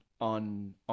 on